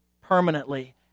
permanently